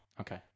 Okay